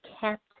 kept